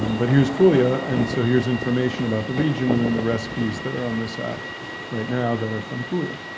um but here's puglia and so here's information about the region and then the recipes that are on this app right now that are from puglia.